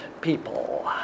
people